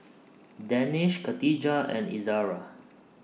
Danish Khatijah and Izara